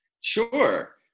sure